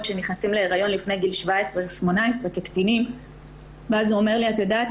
שנכנסים להיריון לפני גיל 17 הוא אומר לי: את יודעת,